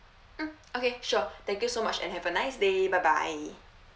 mm okay sure thank you so much and have a nice day bye bye